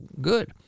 good